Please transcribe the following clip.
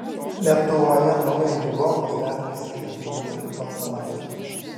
lietuvoje naująjį golf bus galima įsigyti jau nuo kitos savaitės